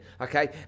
okay